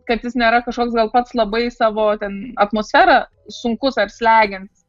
kad jis nėra kažkoks gal pats labai savo ten atmosfera sunkus ar slegiantis